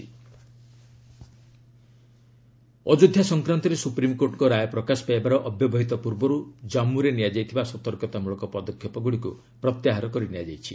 JK restrictions Ayodhya ସଂକ୍ରାନ୍ତରେ ସୁପ୍ରିମ୍କୋର୍ଟଙ୍କ ରାୟ ପ୍ରକାଶ ପାଇବାର ଅବ୍ୟବହିତ ପୂର୍ବରୁ ଜନ୍ମୁରେ ନିଆଯାଇଥିବା ସତର୍କତାମୂଳକ ପଦକ୍ଷେପଗୁଡ଼ିକୁ ପ୍ରତ୍ୟାହାର କରି ନିଆଯାଇଛି